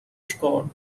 chord